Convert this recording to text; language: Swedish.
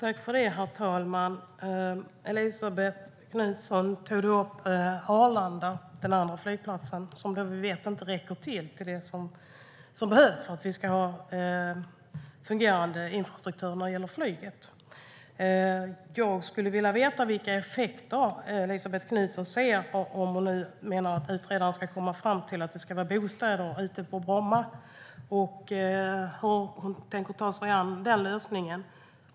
Herr talman! Elisabet Knutsson tog upp Arlanda, den andra flygplatsen, som vi vet inte räcker till för vad som behövs för att det ska finnas en fungerande infrastruktur när det gäller flyget. Jag skulle vilja veta vilka effekter Elisabet Knutsson ser om hon nu menar att utredaren ska komma fram till att bostäder ska byggas på Bromma och hur hon tänker ta sig an den lösningen.